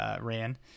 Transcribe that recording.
ran